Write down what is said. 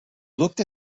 looked